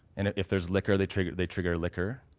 and if there's liquor they trigger they trigger liquor.